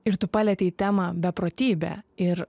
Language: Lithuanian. ir tu palietei temą beprotybę ir